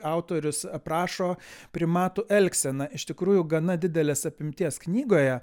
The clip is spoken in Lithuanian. autorius aprašo primatų elgseną iš tikrųjų gana didelės apimties knygoje